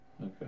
Okay